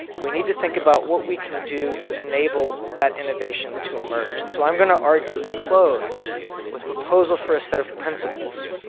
we need to think about what we can do to enable that innovation to emerge. and so i'm going to argue and close with a proposal for a set of principles.